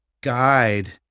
guide